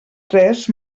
tres